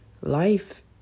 Life